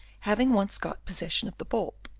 having once got possession of the bulb,